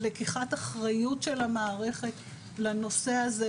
לקיחת אחריות של המערכת לנושא הזה,